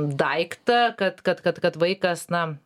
daiktą kad kad kad kad vaikas na